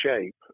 shape